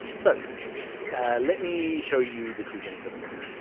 so let me show you the two things that are wrong.